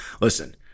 Listen